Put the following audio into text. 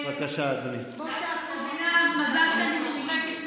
כמו שאת מבינה, מזל שאני צוחקת ממך.